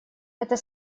это